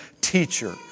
teacher